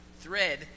thread